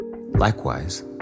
Likewise